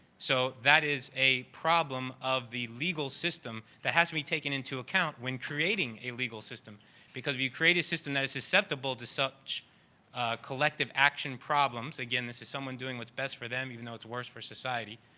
so that is a problem of legal system that has to be taken into account when creating a legal system because if you create a system that is susceptible to such collective action problems, again, this is someone doing what's best for them even though it's worst for society,